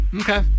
Okay